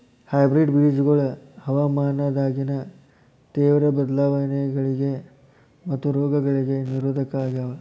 hybrid ಬೇಜಗೊಳ ಹವಾಮಾನದಾಗಿನ ತೇವ್ರ ಬದಲಾವಣೆಗಳಿಗ ಮತ್ತು ರೋಗಗಳಿಗ ನಿರೋಧಕ ಆಗ್ಯಾವ